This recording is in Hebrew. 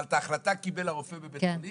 אבל את ההחלטה קיבל הרופא בבית החולים